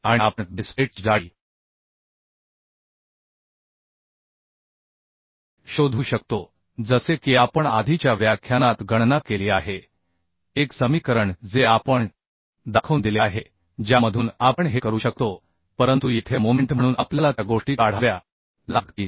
आणि आपण बेस प्लेटची जाडी शोधू शकतो जसे की आपण आधीच्या व्याख्यानात गणना केली आहे एक समीकरण जे आपण दाखवून दिले आहे ज्यामधून आपण हे करू शकतो परंतु येथे मोमेंट म्हणून आपल्याला त्या गोष्टी काढाव्या लागतील